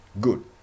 good